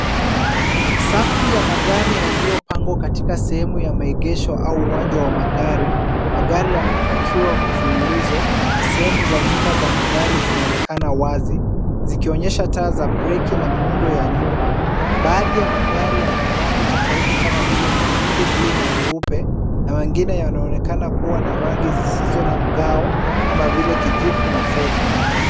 Safu ya magari yaliyopangwa katika sehemu ya maegesho au uwanja wa magari. Magari yamepakiwa mfulululizo na sehemu za nyuma za magari zinaonekana wazi zikionyesha taa za breki na miundo ya nyuma. Baadhi ya magari yana rangi tofauti kama vile nyekundu , buluu na nyeupe na mengine yanaonekana kuwa na rangi zisizo na mgao kama vile ;kijivu na fedha.